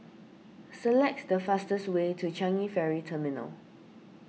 select the fastest way to Changi Ferry Terminal